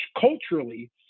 culturally